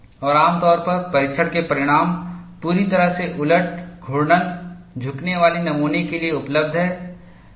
और आमतौर पर परीक्षण के परिणाम पूरी तरह से उलट घूर्णन झुकने वाले नमूने के लिए उपलब्ध हैं